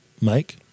Mike